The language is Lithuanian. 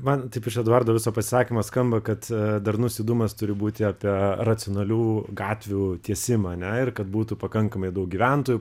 man taip iš eduardo viso pasakymo skamba kad darnus judumas turi būti apie racionalių gatvių tiesimą ane ir kad būtų pakankamai daug gyventojų